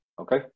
Okay